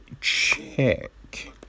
check